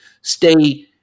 stay